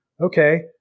okay